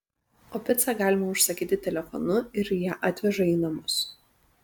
o picą galima užsakyti telefonu ir ją atveža į namus